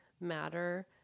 matter